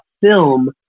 film